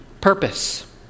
purpose